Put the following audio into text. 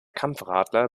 kampfradler